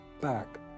back